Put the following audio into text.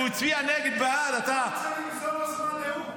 שהוא הצביע נגד או בעד --- אני לא רוצה לגזול לו זמן נאום.